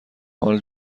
حال